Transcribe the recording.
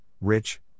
rich